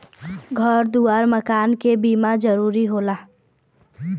घर दुआर मकान के बीमा जरूरी हौ